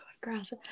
grass